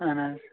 اَہَن حظ